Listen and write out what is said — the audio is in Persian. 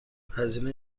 هزینه